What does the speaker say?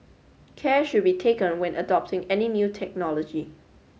care should be taken when adopting any new technology